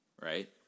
Right